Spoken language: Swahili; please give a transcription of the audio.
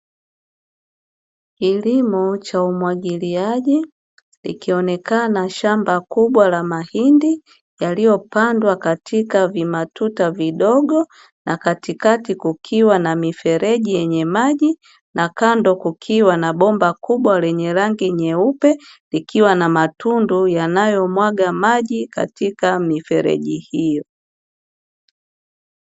Kilimo cha umwagiliaji likionekana shamba kubwa la mahindi, yaliyopandwa katika vimatuta vidogo, na katikati kukiwa na mifereji yenye maji, na kando kukiwa na bomba kubwa lenye rangi nyeupe, likiwa na matundu yanayomwaga maji katika mifereji hiyo.